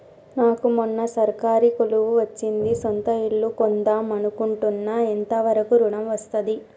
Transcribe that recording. నాకు మొన్న సర్కారీ కొలువు వచ్చింది సొంత ఇల్లు కొన్దాం అనుకుంటున్నా ఎంత వరకు ఋణం వస్తది?